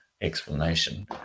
explanation